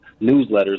newsletters